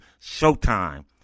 SHOWTIME